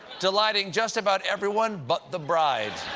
delighting just about everyone but the bride.